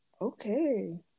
okay